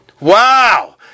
Wow